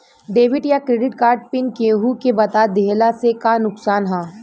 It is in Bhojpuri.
डेबिट या क्रेडिट कार्ड पिन केहूके बता दिहला से का नुकसान ह?